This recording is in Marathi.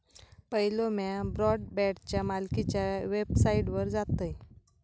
पयलो म्या ब्रॉडबँडच्या मालकीच्या वेबसाइटवर जातयं